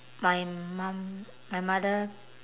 my mum my mother